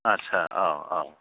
आदसा औ औ